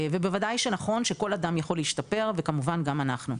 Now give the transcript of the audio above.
ובוודאי שנכון שכל אדם יכול להשתפר וכמובן גם אנחנו.